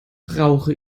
brauche